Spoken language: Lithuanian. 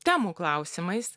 temų klausimais